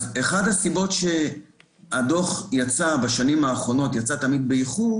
אז אחת הסיבות שהדוח יצא תמיד באיחור